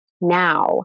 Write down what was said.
now